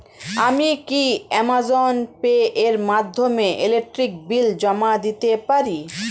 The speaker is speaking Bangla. আমি কি অ্যামাজন পে এর মাধ্যমে ইলেকট্রিক বিল জমা দিতে পারি?